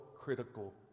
critical